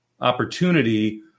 opportunity